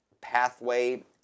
pathway